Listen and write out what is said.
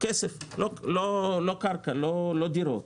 כסף, לא קרקע, לא דירות.